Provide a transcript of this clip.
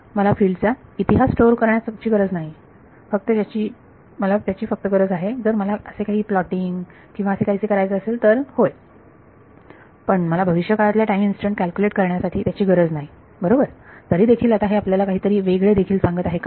मला फिल्ड चा इतिहास स्टोर करण्याची गरज नाही मला त्याची फक्त गरज आहे जर मला असे काही प्लॉटिंग किंवा असे काहीसे करायचे असेल तर होय पण मला भविष्यकाळातल्या टाईम इन्स्टंट कॅल्क्युलेट करण्यासाठी त्याची गरज नाही बरोबर तरीदेखील आता हे आपल्याला काहीतरी वेगळे देखील सांगत आहे का